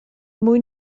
mwyn